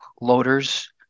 loaders